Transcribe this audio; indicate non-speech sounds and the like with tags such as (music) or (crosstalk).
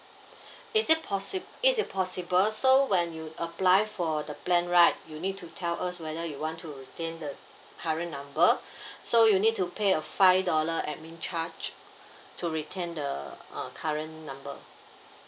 (breath) is it possible it is possible so when you apply for the plan right you need to tell us whether you want to retain the current number (breath) so you need to pay a five dollar administration charge to retain the uh current number